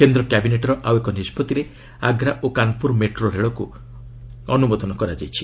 କେନ୍ଦ୍ର କ୍ୟାବିନେଟ୍ର ଆଉ ଏକ ନିଷ୍କଭିରେ ଆଗ୍ରା ଓ କାନ୍ପୁର ମେଟ୍ରୋ ରେଳକୁ ଅନୁମୋଦନ କରିଛି